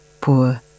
Poor